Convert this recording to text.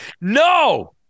No